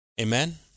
Amen